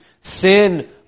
Sin